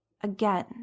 again